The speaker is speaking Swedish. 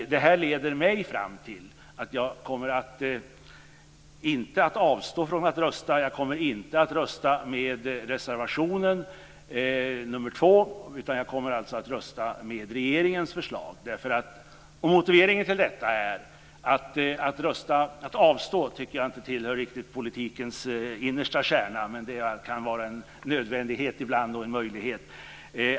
Det här leder mig fram till att jag inte kommer att avstå från att rösta. Jag kommer inte att rösta med reservation 2, utan jag kommer att rösta med regeringens förslag. Motiveringen till detta är att jag inte tycker att det riktigt tillhör politikens innersta kärna att avstå. Men det kan vara en nödvändighet ibland och en möjlighet.